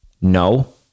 No